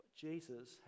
jesus